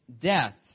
death